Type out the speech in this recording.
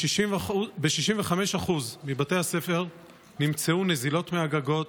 ב-65% מבתי הספר נמצאו נזילות מהגגות,